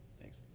Thanks